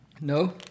No